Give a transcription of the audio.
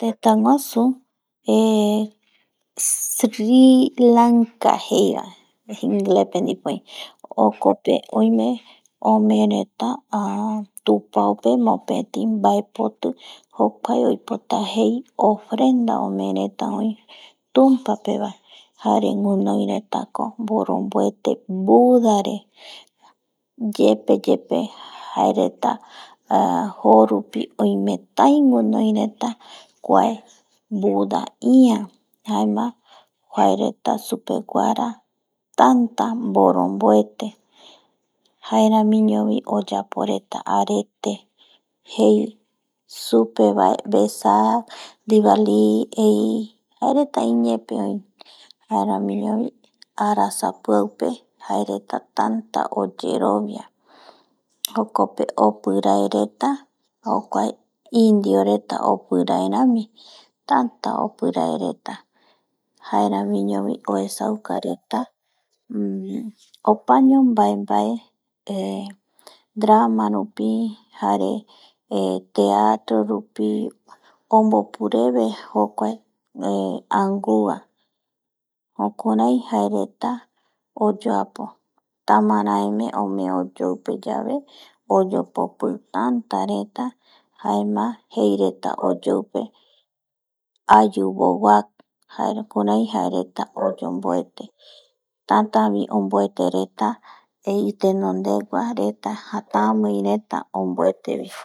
Teta guasu sri lanka jeiva pe, jokpe oime ome reta tupao pe mopeti baepoti jokua oipota jei ofrenda ome reta oi tumpa pe bae jare winoi reta ko boronbuete buda re yepeyepe jae reta joo rupi oimetai winoi reta kuae buda ia, jaema supe guara tata boronbuete jaeramiño bi oyapo reta arete jei supe bae reta esa, dibali jae reta iñee pe oijaeramiño bi arasa piau pe jae reta tyat oyerobia jokope opirae reta jokuae indio reta opirae rami, tata jaeramiño bi uesauka reta, opaño baebae ,drama rupi jare teatro rupi onbopu rebe jokuae angua jaeramiño vi oyuapo reta tamaraeme oyoipe yave oyopopi tata reta jaema jei reta oyoipe ayubova jae jukurai jae reta oyonbuete tata bi onbuete reta itenondegua reta tamii reta onbuete bi.